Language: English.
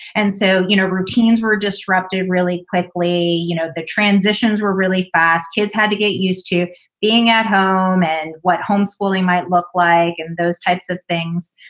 and so, you know, routines were disrupted really quickly. you know, the transitions were really fast. kids had to get used to being at home and what home schooling might look like and those types of things.